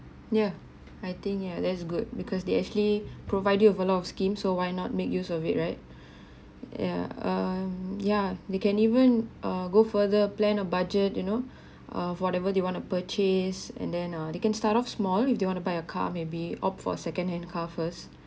yeah I think yeah that's good because they actually provide you with a lot of scheme so why not make use of it right ya err yeah they can even uh go further plan a budget you know err for whatever they want to purchase and then err they can start off small if you want to buy a car maybe opt for second hand car first